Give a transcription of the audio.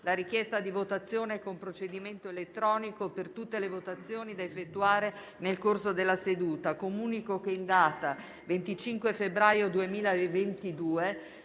la richiesta di votazione con procedimento elettronico per tutte le votazioni da effettuare nel corso della seduta. La richiesta è accolta